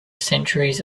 centuries